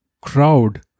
crowd